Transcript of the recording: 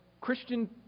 Christian